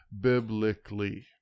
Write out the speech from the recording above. biblically